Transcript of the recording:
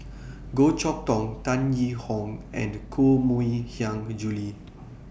Goh Chok Tong Tan Yee Hong and Koh Mui Hiang Julie